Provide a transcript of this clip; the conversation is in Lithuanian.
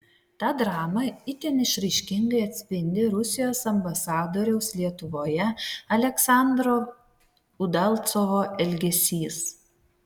tą dramą itin išraiškingai atspindi rusijos ambasadoriaus lietuvoje aleksandro udalcovo elgesys